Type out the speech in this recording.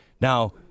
now